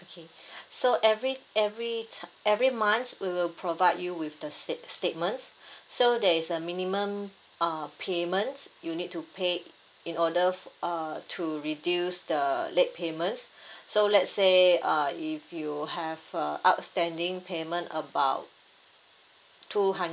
okay so every every ti~ every month we will provide you with the state~ statements so there is a minimum uh payment you need to pay in order uh to reduce the late payments so let's say uh if you have a outstanding payment about two hun~